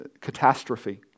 catastrophe